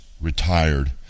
retired